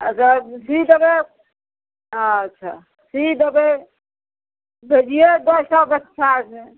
अच्छा सी देबै अच्छा सी देबै भेजिए दस टा बच्चाके